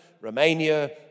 Romania